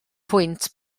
pwynt